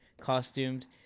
costumed